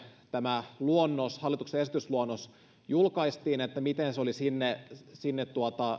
tämä hallituksen esitysluonnos julkaistiin että miten se oli sinne sinne